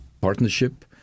partnership